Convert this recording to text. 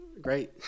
Great